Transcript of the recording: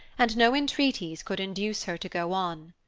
and no entreaties could induce her to go on.